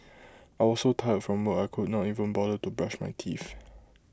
I was so tired from work I could not even bother to brush my teeth